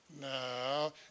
No